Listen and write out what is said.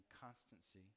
constancy